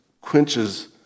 quenches